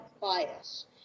bias